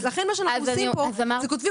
אני חושבת